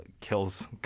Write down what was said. kills